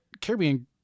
Caribbean